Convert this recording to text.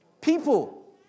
People